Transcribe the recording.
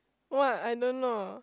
why I don't know